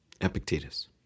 Epictetus